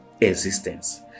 existence